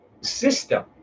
system